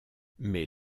mais